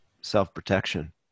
self-protection